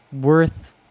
worth